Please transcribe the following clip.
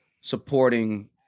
supporting